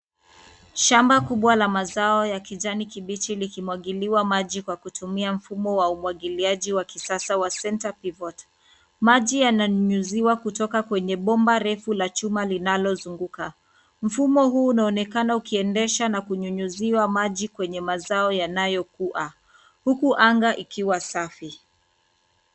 Shamba kubwa la mazao ya kijani kibichi likimwagiliwa maji kwa kutumia mfumo wa umwagiliaji wa kisasa wa centre pivot .Maji yananyunyuziwa kutoka kwenye bomba refu la chuma linalozunguka. Mfumo huu unaonekana ukiendesha na kunyunyuziwa maji kwenye mazao yanayokua huku anga ikiwa safi.